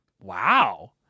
Wow